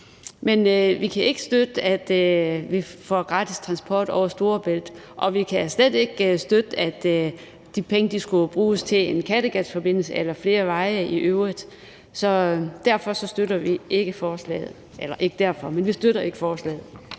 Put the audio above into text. Men vi kan ikke støtte, at vi får gratis transport over Storebælt, og vi kan slet ikke støtte, at de penge skulle bruges til en Kattegatforbindelse eller flere veje i øvrigt, og vi støtter ikke forslaget. Kl. 15:29 Den fg. formand